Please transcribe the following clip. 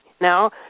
Now